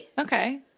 okay